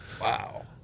Wow